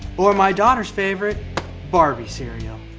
or, my daughter's favorite barbie cereal.